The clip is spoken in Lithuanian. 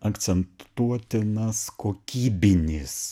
akcentuotinas kokybinis